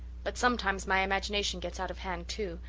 but sometimes my imagination gets out of hand, too,